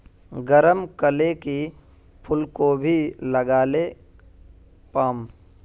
गरम कले की फूलकोबी लगाले पाम?